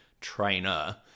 trainer